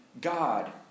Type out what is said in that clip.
God